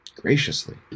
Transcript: graciously